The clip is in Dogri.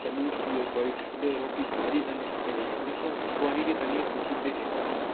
तली इक बार ठंडे होए ओह् फ्ही इक बारी दुबारी तले ओह् प अस दिखदे हे कि अस इक बारी तली सुट्टू ओड़ेदे हे